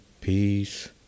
peace